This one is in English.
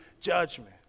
judgment